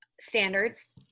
standards